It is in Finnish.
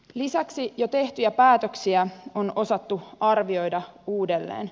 lisäksi jo tehtyjä päätöksiä on osattu arvioida uudelleen